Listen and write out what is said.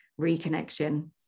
reconnection